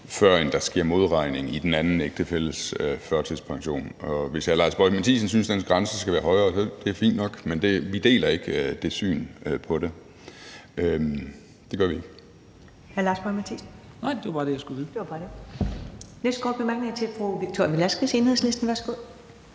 før end der sker modregning i den anden ægtefælles førtidspension. Hvis hr. Lars Boje Mathiesen synes, den grænse skal være højere, er det fint nok, men vi deler ikke det syn på det; det gør vi ikke.